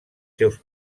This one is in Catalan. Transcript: seus